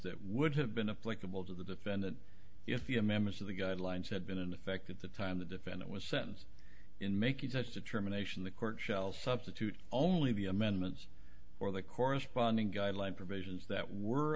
that would have been a pleasurable to the defendant if you members of the guidelines had been in effect at the time the defendant was sentenced in making such determination the court shells substitute only be amendments or the corresponding guideline provisions that were